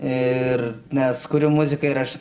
ir nes kuriu muziką ir aš